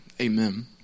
Amen